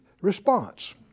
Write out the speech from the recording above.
response